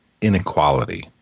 inequality